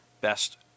best